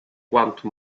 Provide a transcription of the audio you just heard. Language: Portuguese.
quanto